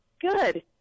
Good